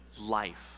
life